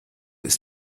ist